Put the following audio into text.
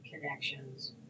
connections